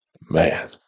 man